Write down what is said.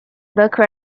boca